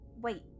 wait